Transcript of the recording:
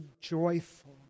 joyful